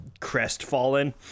crestfallen